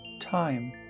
time